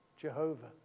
Jehovah